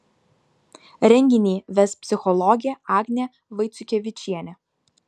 renginį ves psichologė agnė vaiciukevičienė